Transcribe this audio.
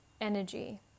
energy